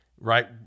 right